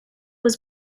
was